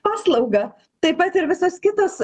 paslaugą taip pat ir visas kitas